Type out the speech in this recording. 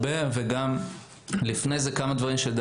וגם לפני כן כמה דברים שהם,